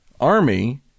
army